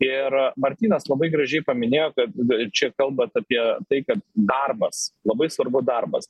ir martynas labai gražiai paminėjo kad dar čia kalbat apie tai kad darbas labai svarbu darbas